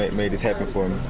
made this happen for